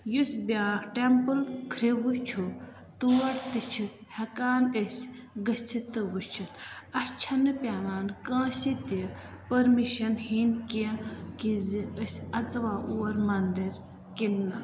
یُس بیٛاکھ ٹٮ۪مپٕل کھِرٛوٕ چھُ تور تہِ چھِ ہٮ۪کان أسۍ گٔژھِتھ تہٕ وٕچھِتھ اَسہِ چھَنہٕ پٮ۪وان کٲنٛسہِ تہِ پٔرمِشَن ہیٚنۍ کیٚنٛہہ کہِ زِ أسۍ اَژوا اور مَنٛدِر کِنۍ نہٕ